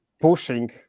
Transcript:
pushing